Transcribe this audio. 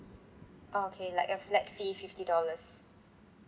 okay like a flat fee fifty dollars